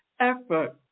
effort